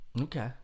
Okay